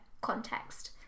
context